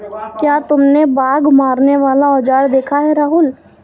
क्या तुमने बाघ मारने वाला औजार देखा है राहुल?